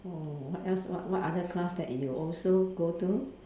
oh what else what what other class that you also go to